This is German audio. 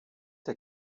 der